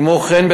כמו כן,